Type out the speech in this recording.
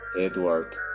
Edward